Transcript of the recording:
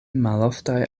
maloftaj